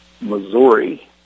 Missouri